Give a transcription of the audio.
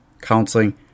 counseling